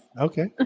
Okay